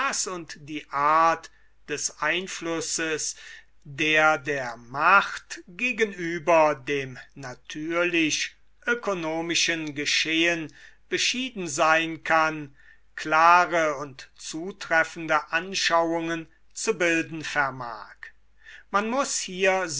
und die art des einflusses der der macht gegenüber dem natürlich ökonomischen geschehen beschieden sein kann klare und zutreffende anschauungen zu bilden vermag i man muß hier